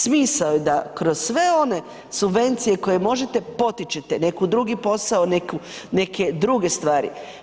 Smisao je da kroz sve one subvencije koje možete potičite, neki drugi posao, neke druge stvari.